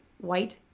white